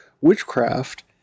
witchcraft